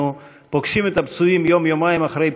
פוגשים את הפצועים יום-יומיים אחרי פציעתם,